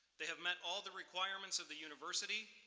they have met all the requirements of the university,